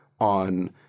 on